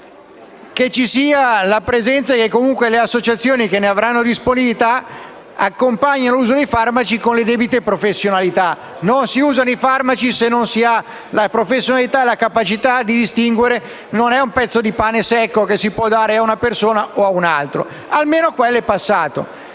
dei farmaci, che le associazioni che ne avranno disponibilità accompagnino l'uso dei farmaci con le debite professionalità. Non si usano i farmaci se non si ha la professionalità e la capacità di distinguere: non è un pezzo di pane secco che si può dare a una persona o un'altra. Almeno quella misura